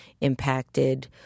impacted